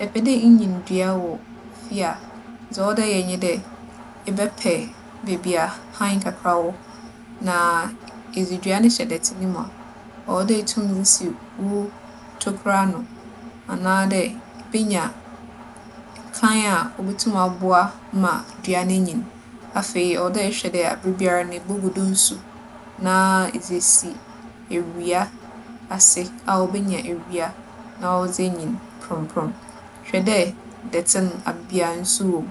Sɛ epɛ dɛ inya ndua wͻ fie a, dza ͻwͻ dɛ eyɛ nye dɛ ebɛpɛ beebi a han kakra wͻ. Na edze dua no hyɛ dɛtse no mu a, ͻwͻ dɛ itum dze si wo tokura ano anaadɛ ibenya kann a obotum aboa ma dua no enyin. Afei ͻwͻ dɛ ehwɛ dɛ aberbiara no, ibogu do nsu na edze esi ewia ase a obenya ewia na ͻdze enyin prͻmprͻm. Hwɛ dɛ, dɛtse no, aberbiara nsu wͻ mu.